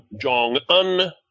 Jong-un